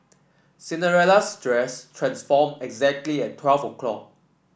Cinderella's dress transformed exactly at twelve o'clock